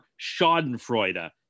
schadenfreude